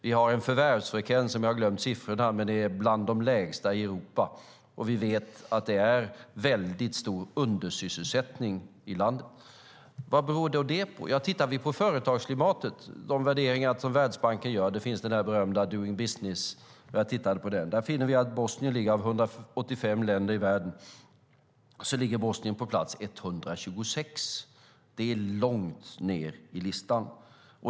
Förvärvsfrekvensen är låg - jag har glömt siffrorna, men den är en av de lägsta i Europa - och vi vet att det är väldigt stor undersysselsättning i landet. Vad beror då det på? När vi tittar på företagsklimatet och de värderingar som Världsbanken gör - jag tittade på deras berömda Doing Business - finner vi att Bosnien bland 185 länder i världen ligger på plats 126. Det är långt ned på listan.